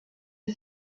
you